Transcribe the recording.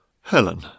Helen